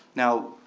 now,